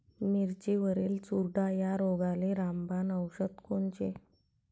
मिरचीवरील चुरडा या रोगाले रामबाण औषध कोनचे?